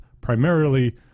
primarily